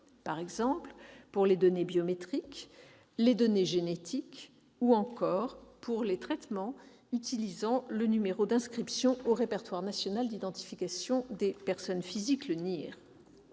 par exemple pour les données biométriques, les données génétiques, ou encore pour les traitements utilisant le numéro d'inscription au répertoire national d'identification des personnes physiques. Les